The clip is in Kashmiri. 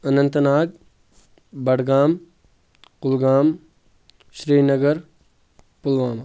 اننتہٕ ناگ بڈگام کُلگام شرینگر پلوامہ